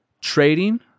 trading